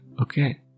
okay